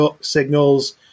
signals